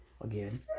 again